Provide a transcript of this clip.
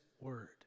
word